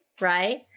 Right